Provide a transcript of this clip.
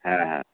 ᱦᱮᱸ ᱦᱮᱸ